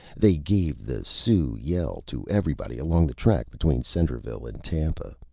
they gave the sioux yell to everybody along the track between centreville and tampa.